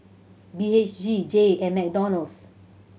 B H G Jay and McDonald's